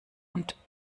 und